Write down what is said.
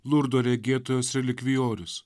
lurdo regėtojos relikvijorius